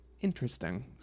interesting